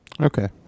Okay